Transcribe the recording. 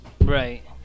right